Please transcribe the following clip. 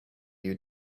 you